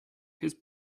his